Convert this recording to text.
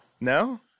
No